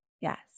Yes